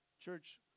Church